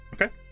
Okay